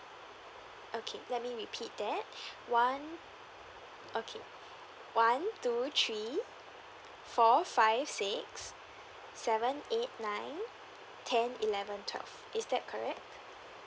okay let me repeat that one okay one two three four five six seven eight nine ten eleven twelve is that correct